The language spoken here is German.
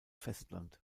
festland